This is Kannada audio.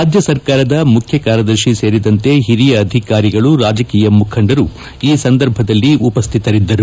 ರಾಜ್ಯ ಸರ್ಕಾರದ ಮುಖ್ಯಕಾರ್ಯದರ್ತಿ ಸೇರಿದಂತೆ ಹಿರಿಯ ಅಧಿಕಾರಿಗಳು ರಾಜಕೀಯ ಮುಖಂಡರು ಈ ಸಂದರ್ಭದಲ್ಲಿ ಉಪ್ಯುತರಿದ್ದರು